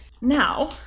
Now